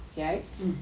mm